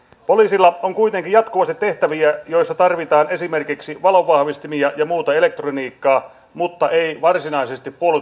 poliisilla on kuitenkin jatkuvasti tehtäviä joissa tarvitaan esimerkiksi valonvahvistimia ja muuta elektroniikkaa mutta ei varsinaisesti puolustusvoimain henkilöstöä